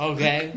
Okay